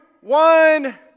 one